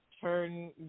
turn